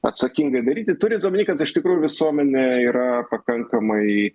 atsakingai daryti turint omeny kad iš tikrųjų visuomenė yra pakankamai